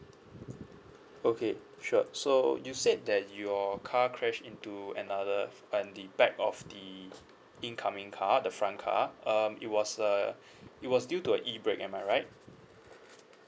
okay sure so you said that your car crashed into another end the back of the incoming car the front car um it was uh it was due to a E break am I right